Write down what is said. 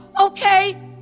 okay